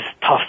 tough